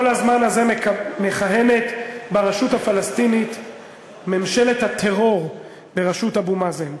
כל הזמן הזה מכהנת ברשות הפלסטינית ממשלת הטרור בראשות אבו מאזן.